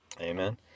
Amen